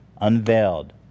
unveiled